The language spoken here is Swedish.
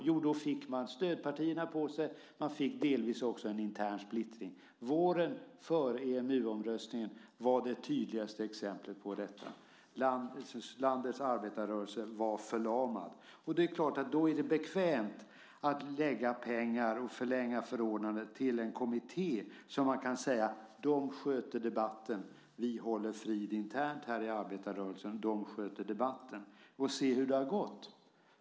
Jo, då fick man stödpartierna på sig. Man fick delvis också en intern splittring. Våren före EMU-omröstningen var det tydligaste exemplet på detta. Landets arbetarrörelse var förlamad. Det är klart att det då är bekvämt att lägga pengar på och förlänga förordnanden för en kommitté. Då kan man säga: Den sköter debatten. Vi håller frid internt här i arbetarrörelsen. Se hur det har gått!